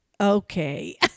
Okay